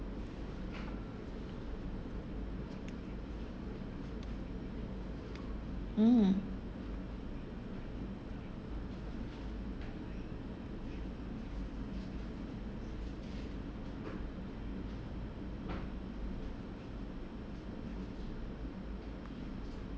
mm